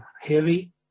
heavy